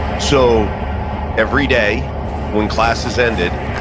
so every day when classes ended,